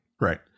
Right